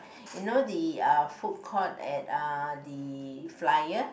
you know the uh food court at uh the flyer